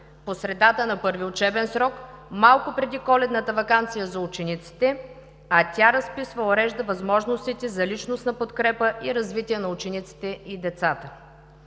по средата на първия учебен срок, малко преди Коледната ваканция за учениците, а тя разписва и урежда възможностите за личностна подкрепа и развитие на учениците и децата.